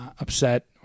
upset